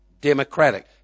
democratic